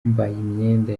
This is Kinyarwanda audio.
imyenda